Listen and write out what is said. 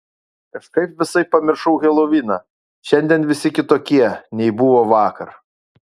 kažkaip visai pamiršau heloviną šiandien visi kitokie nei buvo vakar